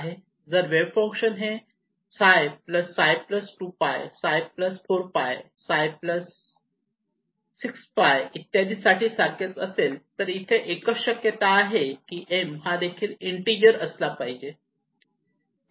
जर wave function हे φ φ 2𝝅 φ 4𝝅 φ 6𝝅 इत्यादीसाठी सारखेच असेल तर इथे एकच शक्यता आहे की m हा देखील इन्टिजर असला पाहिजे